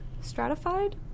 stratified